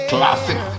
Classic